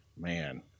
Man